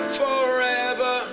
forever